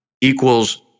equals